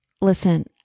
Listen